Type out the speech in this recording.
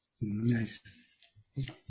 Nice